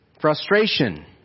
frustration